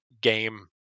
game